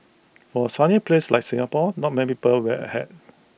for A sunny place like Singapore not may people wear A hat